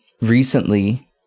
recently